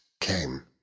came